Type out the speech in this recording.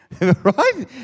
right